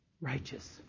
righteous